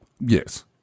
yes